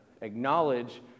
acknowledge